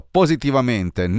positivamente